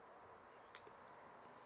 okay